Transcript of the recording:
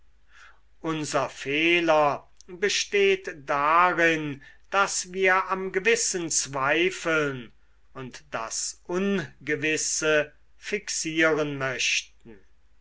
unser fehler besteht darin daß wir am gewissen zweifeln und das ungewisse fixieren möchten